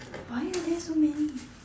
why are there so many